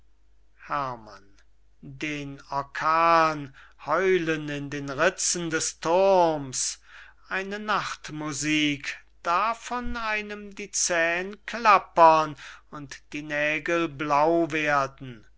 herrmann den seufzenden windlaut durch die rizen des thurms eine nachtmusik davon einem die zähne klappern und die nägel blau werden